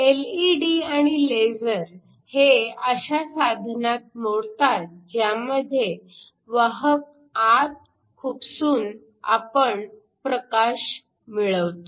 LED आणि laser हे अशा साधनात मोडतात ज्यामध्ये वाहक आत खुपसून आपण प्रकाश मिळवतो